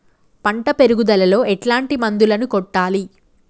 పంట పెరుగుదలలో ఎట్లాంటి మందులను కొట్టాలి?